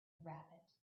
rabbit